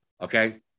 Okay